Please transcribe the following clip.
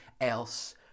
else